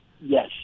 Yes